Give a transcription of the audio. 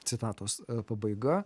citatos pabaiga